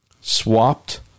swapped